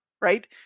right